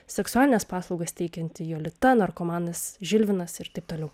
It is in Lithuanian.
seksualines paslaugas teikianti jolita narkomanas žilvinas ir taip toliau